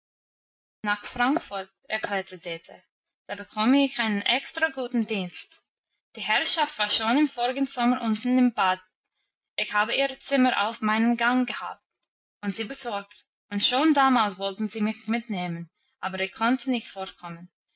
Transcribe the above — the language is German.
nach frankfurt erklärte dete da bekomm ich einen extraguten dienst die herrschaft war schon im vorigen sommer unten im bad ich habe ihre zimmer auf meinem gang gehabt und sie besorgt und schon damals wollten sie mich mitnehmen aber ich konnte nicht fortkommen